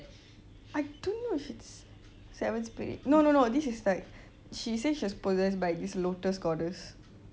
I don't know if she seven spirits no no no this is like she say she was possessed by this lotus goddess